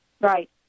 Right